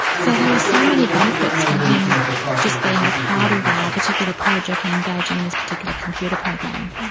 so there were so many benefits from him just being part of our particular project and engaging in this particular computer program.